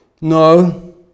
no